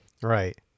Right